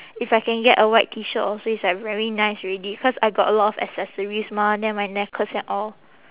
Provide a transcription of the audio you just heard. if I can get a white T shirt also it's like very nice already cause I got a lot of accessories mah then my necklace and all